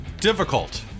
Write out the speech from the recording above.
Difficult